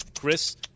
Chris